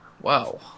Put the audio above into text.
wow